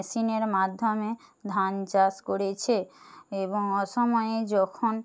মেশিনের মাধ্যমে ধান চাষ করেছে এবং অসময়ে যখন